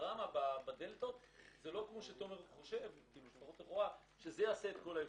הדרמה בדלתא זה לא כמו שתומר חושב שזה מה שיעשה את כל ההבדל.